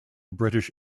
british